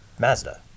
Mazda